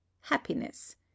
happiness